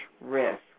risk